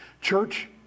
Church